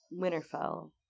Winterfell